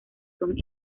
son